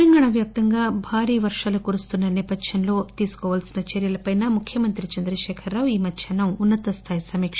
తెలంగాణా వ్యాప్తంగా భారీ వర్షాలు నేపథ్యంలోతీసుకోవాల్సిన చర్చలపై ముఖ్యమంత్రి చంద్రకేఖర రావు ఈ మధ్నాహ్నం ఉన్న తస్థాయి సమీక